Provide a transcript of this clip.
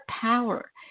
power